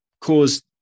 caused